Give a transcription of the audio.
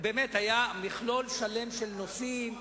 באמת, היה מכלול שלם של נושאים.